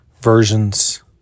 versions